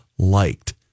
liked